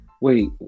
Wait